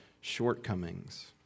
shortcomings